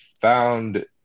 found